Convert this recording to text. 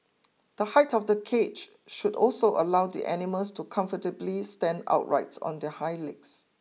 the height of the cage should also allow the animals to comfortably stand upright on their hind legs